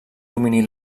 domini